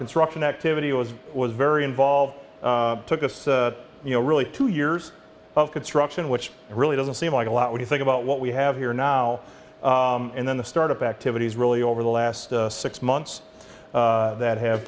construction activity was was very involved took us you know really two years of construction which really doesn't seem like a lot when you think about what we have here now and then the start of activities really over the last six months that have